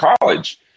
college